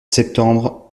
septembre